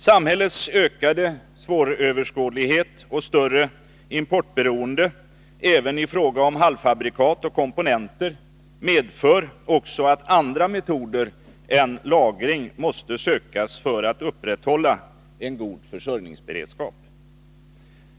Samhällets ökade svåröverskådlighet och större importberoende även i fråga om halvfabrikat och komponenter medför också att andra metoder än lagring måste sökas för att upprätthålla en god försörjningsberedskap.